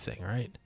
right